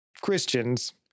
Christians